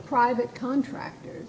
private contractor